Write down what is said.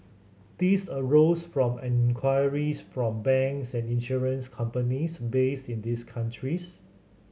these arose from inquiries from banks and insurance companies based in these countries